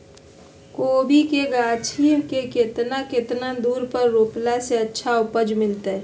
कोबी के गाछी के कितना कितना दूरी पर रोपला से अच्छा उपज मिलतैय?